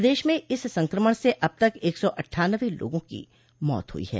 प्रदेश में इस संक्रमण से अब तक एक सौ अट्ठानवे लोगों की मौत हुई है